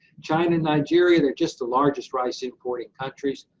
china and nigeria, they're just the largest rice importing countries.